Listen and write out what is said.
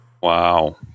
Wow